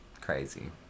Crazy